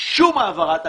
העברה תקציבית?